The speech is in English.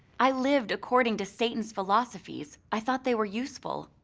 i lived according to satan's philosophies. i thought they were useful.